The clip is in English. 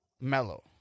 mellow